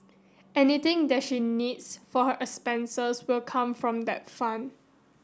anything that she needs for her expenses will come from that fund